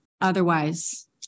otherwise